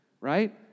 Right